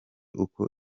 uko